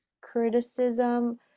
criticism